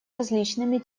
различными